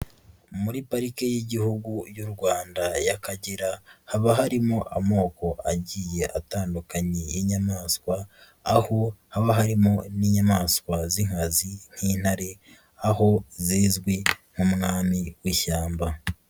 Muri pariki y'igihugu y'u Rwanda y'Akagera, haba harimo amoko agiye atandukanye y'inyamaswa, aho haba harimo n'inyamaswa z'inkazi nk'intare, aho zizwi nk'umwami w'ishyamba.